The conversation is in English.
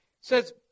says